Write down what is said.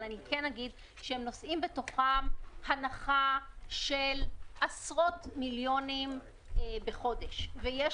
אבל כן אגיד שהם נושאים בתוכם הנחה של עשרות מיליונים בחודש ויש